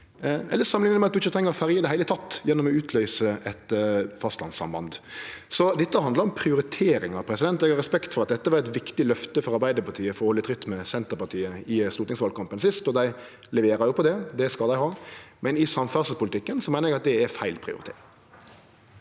eller samanlikna med at ein ikkje treng ferje i det heile gjennom å utløyse eit fastlandssamband. Dette handlar om prioriteringar. Eg har respekt for at dette var eit viktig løfte for Arbeidarpartiet for å halde tritt med Senterpartiet i stortingsvalkampen sist, og dei leverer på det – det skal dei ha – men i samferdselspolitikken meiner eg at det er feil prioritering.